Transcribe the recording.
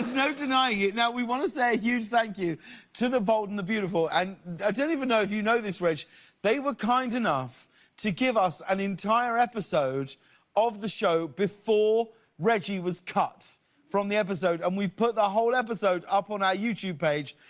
no denying it. now we want to say a huge thank you to the bold and the beautiful and i don't even know if you know noticed, reg, they were kind enough to give us an entire episode of the show before reggie was cut from the episode and we put the whole episode up on our youtube page.